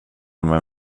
med